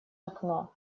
окно